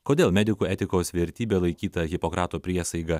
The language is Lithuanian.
kodėl medikų etikos vertybe laikyta hipokrato priesaika